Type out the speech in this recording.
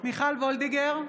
מיכל וולדיגר,